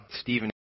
Stephen